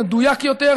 מדויק יותר,